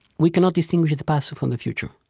we cannot distinguish the past from the future.